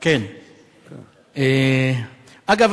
אגב,